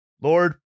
Lord